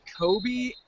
Kobe